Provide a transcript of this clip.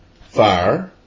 fire